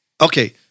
Okay